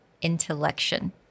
intellection